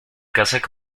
casona